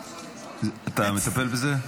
אתה מטפל בזה?